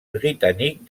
britanniques